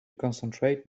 concentrate